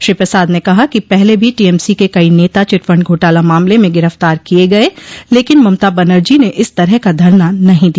श्री प्रसाद ने कहा कि पहले भी टीएमसी के कई नेता चिटफंड घोटाला मामले में गिरफ्तार किए गए लेकिन ममता बनर्जी ने इस तरह का धरना नहीं दिया